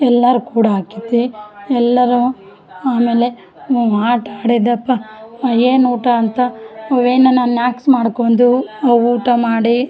ಎಲ್ಲಾರ ಕೂಡ ಆಗತ್ತೆ ಎಲ್ಲರ ಆಮೇಲೆ ಆಟ ಆಡಿದೆಪ್ಪ ಏನು ಊಟ ಅಂತ ಅವು ಏನನ ನ್ಯಾಕ್ಸ್ ಮಾಡ್ಕೊಂಡು ಊಟ ಮಾಡಿ